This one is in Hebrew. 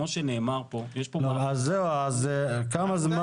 כמו שנאמר פה --- אז זהו, אז כמה זמן?